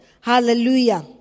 Hallelujah